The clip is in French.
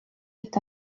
est